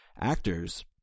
actors